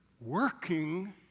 working